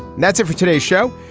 that's it for today's show.